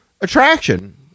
attraction